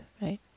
right